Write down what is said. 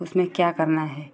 उसमें क्या करना है